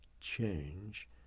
change